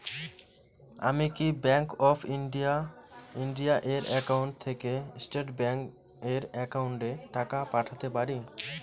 আমি কি bank of India এর একাউন্ট থেকে স্টেট ব্যাংক এর একাউন্টে টাকা পাঠাতে পারি?